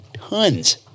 Tons